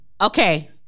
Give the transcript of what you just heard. Okay